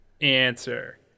Answer